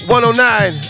109